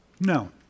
No